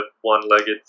one-legged